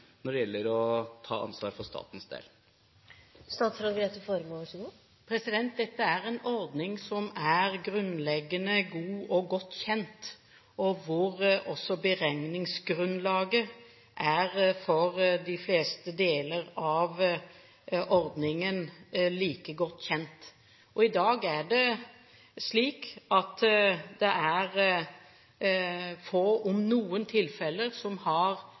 når det gjelder å ta ansvar for statens del. Dette er en ordning som er grunnleggende god og godt kjent, hvor beregningsgrunnlaget for de fleste deler av ordningen også er godt kjent. I dag er det slik at det er få, om noen, tilfeller der man har